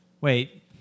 Wait